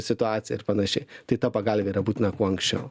situacija ir panašiai tai ta pagalvė yra būtina kuo anksčiau